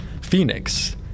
Phoenix